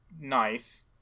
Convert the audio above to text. nice